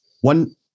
One